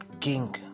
King